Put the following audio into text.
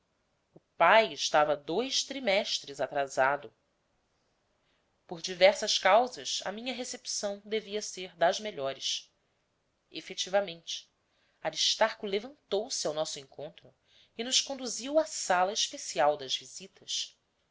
o pai estava dois trimestres atrasado por diversas causas a minha recepção devia ser das melhores efetivamente aristarco levantou-se ao nosso encontro e nos conduziu à sala especial das visitas